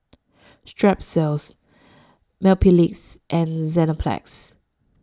Strepsils Mepilex and Enzyplex